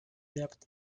debt